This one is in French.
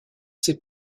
ces